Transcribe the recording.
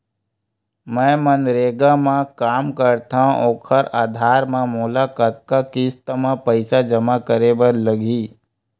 मैं मनरेगा म काम करथव, ओखर आधार म मोला कतना किस्त म पईसा जमा करे बर लगही?